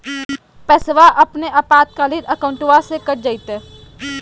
पैस्वा अपने आपातकालीन अकाउंटबा से कट जयते?